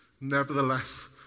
Nevertheless